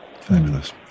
Fabulous